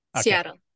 Seattle